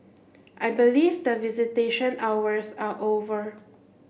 I believe that visitation hours are over